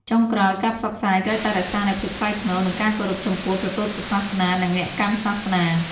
ចុងក្រោយ ការផ្សព្វផ្សាយត្រូវតែរក្សានូវភាពថ្លៃថ្នូរ និងការគោរពចំពោះព្រះពុទ្ធសាសនា និងអ្នកកាន់សាសនា។